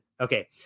okay